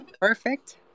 perfect